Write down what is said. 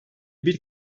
bir